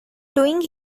doing